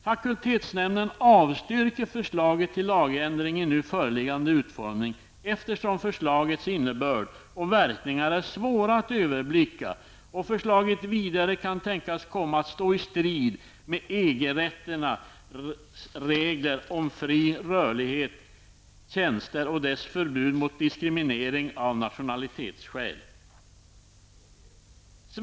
''Fakultetsnämnden avstyrker förslaget till lagändring i nu föreliggande utformning, eftersom förslagets innebörd och verkningar är svåra att överblicka och förslaget vidare kan tänkas komma att stå i strid med EG-rättens regler om fri rörlighet för tjänster och dess förbud mot diskriminering av nationalitetsskäl.''